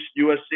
USC –